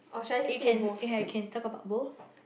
eh you can ya you can talk about both